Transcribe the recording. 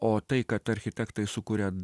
o tai kad architektai sukuria